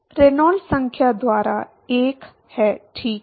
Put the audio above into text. Reynolds संख्या द्वारा 1 है ठीक है